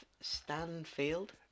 Stanfield